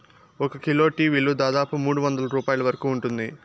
ఒక kilo tea విలువ దాదాపు మూడువందల రూపాయల వరకు ఉంటుంది